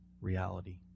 reality